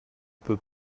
peux